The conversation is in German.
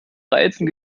reizen